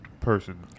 person